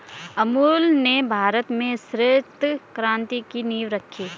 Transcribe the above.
अमूल ने भारत में श्वेत क्रान्ति की नींव रखी